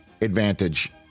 advantage